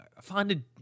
find